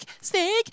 snake